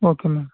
okay ma'am